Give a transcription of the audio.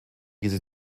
diese